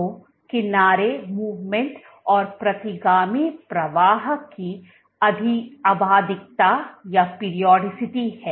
तो किनारे मूवमेंट और प्रतिगामी प्रवाह की आवधिकता है